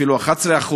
אפילו 11%,